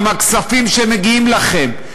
עם הכספים שמגיעים לכם,